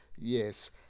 Yes